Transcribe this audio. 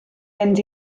mynd